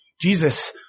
Jesus